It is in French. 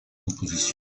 compositions